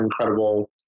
incredible